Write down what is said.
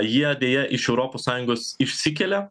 jie deja iš europos sąjungos išsikelia